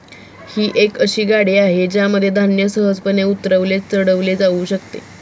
ही एक अशी गाडी आहे ज्यामध्ये धान्य सहजपणे उतरवले चढवले जाऊ शकते